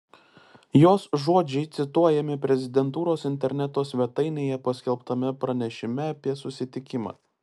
jos žodžiai cituojami prezidentūros interneto svetainėje paskelbtame pranešime apie susitikimą